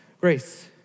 grace